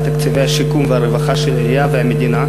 תקציבי השיקום והרווחה של העירייה והמדינה,